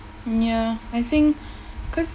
ya I think cause